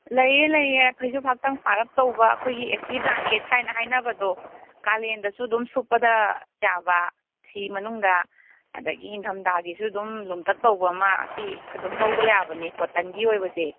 ꯂꯩꯌꯦ ꯂꯩꯌꯦ ꯐꯩꯖꯨꯞ ꯍꯥꯛꯊꯪ ꯄꯥꯔꯞ ꯇꯧꯕ ꯑꯩꯈꯣꯏꯒꯤ ꯑꯦ ꯁꯤ ꯕ꯭ꯂꯥꯡꯀꯦꯠꯀꯥꯏꯅ ꯍꯥꯏꯅꯕꯗꯣ ꯀꯥꯂꯦꯟꯗꯁꯨ ꯑꯗꯨꯝ ꯁꯨꯞꯄꯗ ꯌꯥꯕ ꯐꯤ ꯃꯅꯨꯡꯗ ꯑꯗꯒꯤ ꯏꯪꯗꯝꯗꯥꯒꯤꯁꯨ ꯑꯗꯨꯝ ꯂꯨꯝꯇꯛ ꯇꯧꯕ ꯑꯃ ꯑꯁꯤ ꯑꯗꯨꯝ ꯂꯧꯕ ꯌꯥꯕꯅꯦ ꯀꯣꯇꯟꯒꯤ ꯑꯣꯏꯕꯁꯦ